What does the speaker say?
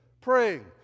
praying